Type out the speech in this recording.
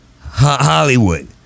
Hollywood